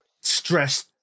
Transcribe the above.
stress